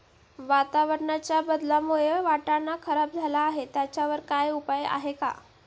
वातावरणाच्या बदलामुळे वाटाणा खराब झाला आहे त्याच्यावर काय उपाय आहे का?